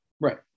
Right